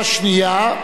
השנייה: